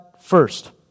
first